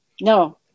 No